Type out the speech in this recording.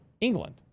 England